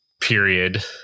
period